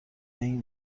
این